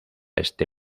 este